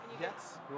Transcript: Yes